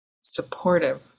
supportive